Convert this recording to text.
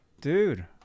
dude